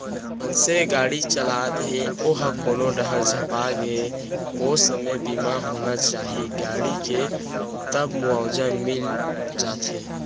मनसे गाड़ी चलात हे ओहा कोनो डाहर झपागे ओ समे बीमा होना चाही गाड़ी के तब मुवाजा मिल जाथे